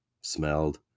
smelled